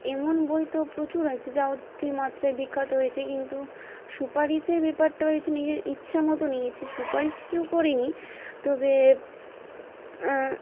এমন বই তো প্রচুর আছে যা অত্যধিক মাত্রায় বিখ্যাত হয়েছে কিন্তু সুপারিশের ব্যাপারটা হয়েছে নিজের ইচ্ছা মতো নিয়েছি সুপারিশ কেউ করেনি তবে